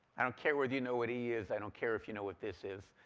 i don't care whether you know what e is. i don't care if you know what this is.